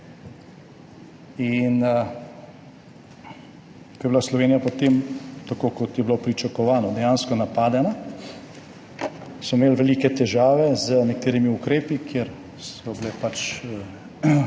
In ko je bila Slovenija potem, tako kot je bilo pričakovano, dejansko napadena, so imeli velike težave z nekaterimi ukrepi, kjer so bila pač